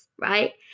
right